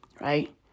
right